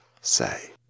say